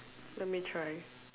let me try